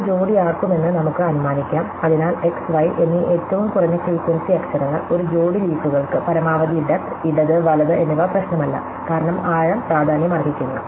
ഇവ ജോടിയാക്കുമെന്ന് നമുക്ക് അനുമാനിക്കാം അതിനാൽ x y എന്നീ ഏറ്റവും കുറഞ്ഞ ഫ്രീക്വൻസി അക്ഷരങ്ങൾ ഒരു ജോഡി ലീഫുകൾക്ക് പരമാവധി ഡെപ്ത് ഇടത് വലത് എന്നിവ പ്രശ്നമല്ല കാരണം ആഴം പ്രാധാന്യമർഹിക്കുന്നു